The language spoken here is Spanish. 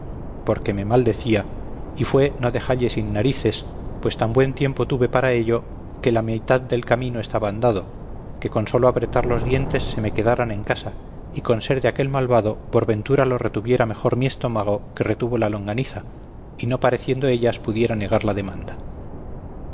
que me maldecía y fue no dejalle sin narices pues tan buen tiempo tuve para ello que la meitad del camino estaba andado que con sólo apretar los dientes se me quedaran en casa y con ser de aquel malvado por ventura lo retuviera mejor mi estómago que retuvo la longaniza y no pareciendo ellas pudiera negar la demanda